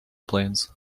planes